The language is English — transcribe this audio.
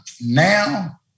now